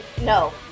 No